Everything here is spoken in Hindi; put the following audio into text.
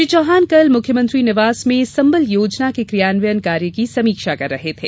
श्री चौहान कल मुख्यमंत्री निवास में संबल योजना के क्रियान्वयन कार्य की समीक्षा कर रहे थे